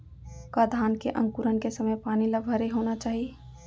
का धान के अंकुरण के समय पानी ल भरे होना चाही?